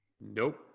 Nope